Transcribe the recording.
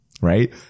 Right